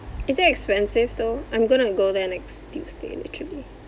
is it expensive though I'm going to go there next tuesday literally